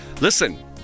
listen